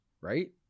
right